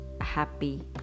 happy